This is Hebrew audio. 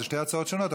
אלה שתי הצעות שונות,